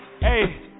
Hey